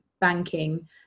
banking